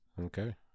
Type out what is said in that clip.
Okay